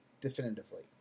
definitively